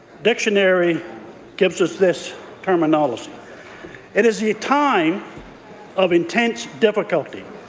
dictionary gives us this terminology it is a time of intense difficulty,